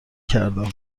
کردم